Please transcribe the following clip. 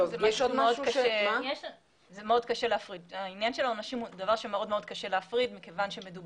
מאוד קשה להפריד בעונשים כיוון שמדובר